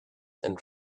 and